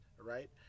right